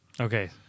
Okay